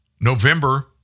November